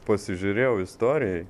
pasižiūrėjau istorijoj